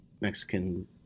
Mexican